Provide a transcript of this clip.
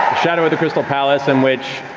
shadow of the crystal palace in which,